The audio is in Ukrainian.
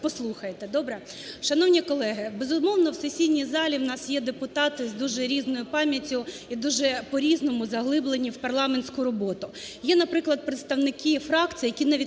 Добре? Шановні колеги, безумовно, в сесійній залі в нас є депутати з дуже різною пам'яттю і дуже по-різному заглиблені в парламентську роботу. Є, наприклад, представники фракцій, які навіть